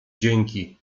dzięki